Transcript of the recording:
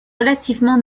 relativement